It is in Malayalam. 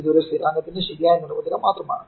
ഇത് ഒരു സ്ഥിരാങ്കത്തിൻറെ ശരിയായ നിർവചനം മാത്രമാണ്